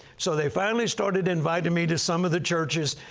so they finally started inviting me to some of the churches,